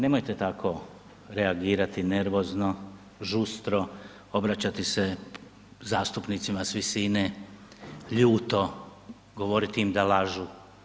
Nemojte tako reagirati nervozno, žustro, obraćati se zastupnicima s visine, ljuto, govoriti im da lažu.